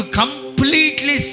completely